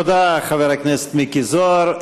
תודה, חבר הכנסת מיקי זוהר.